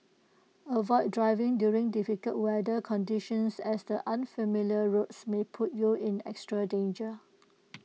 avoid driving during difficult weather conditions as the unfamiliar roads may put you in extra danger